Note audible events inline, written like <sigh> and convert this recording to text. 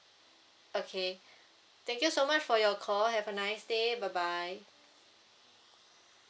okay <breath> thank you so much for your call have a nice day bye bye